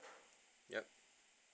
yup